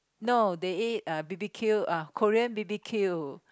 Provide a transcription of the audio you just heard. no they ate uh b_b_q uh Korean b_b_q